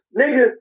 nigga